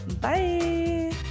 bye